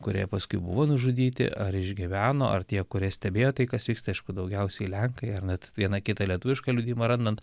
kurie paskui buvo nužudyti ar išgyveno ar tie kurie stebėjo tai kas vyksta aišku daugiausiai lenkai ar net vieną kitą lietuvišką liudijimą randant